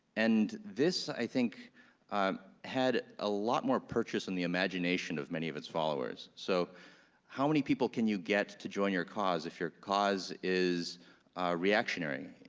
and this i think had a lot more purchase in the imagination of many of its followers, so how many people can you get to join your cause if your cause is reactionary,